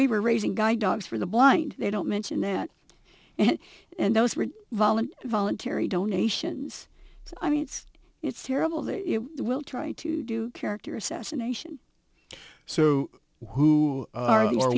we were raising guide dogs for the blind they don't mention that and and those were violent voluntary donations so i mean it's it's terrible they will try to do character assassination so who are